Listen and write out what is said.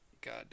God